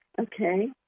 Okay